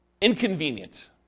inconvenient